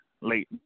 late